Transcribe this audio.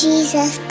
Jesus